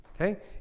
okay